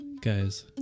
Guys